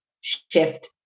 shift